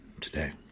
today